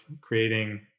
creating